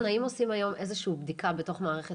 האם עושים היום איזושהי בדיקה בתוך מערכת